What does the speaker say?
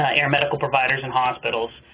ah air medical providers and hospitals.